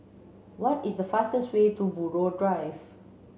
what is the fastest way to Buroh Drive